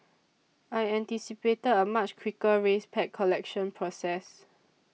I anticipated a much quicker race pack collection process